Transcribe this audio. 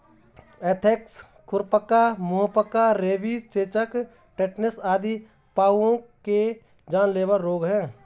anthrax, खुरपका, मुहपका, rabies, चेचक, टेटनस आदि पहुओं के जानलेवा रोग हैं